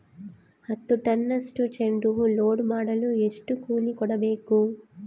ಹತ್ತು ಟನ್ನಷ್ಟು ಚೆಂಡುಹೂ ಲೋಡ್ ಮಾಡಲು ಎಷ್ಟು ಕೂಲಿ ಕೊಡಬೇಕು?